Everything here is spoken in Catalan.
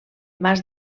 mas